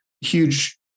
huge